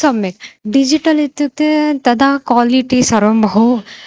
सम्यक् डिजिटल् इत्युक्ते तदा क्वालिटि सर्वं बहु